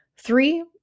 Three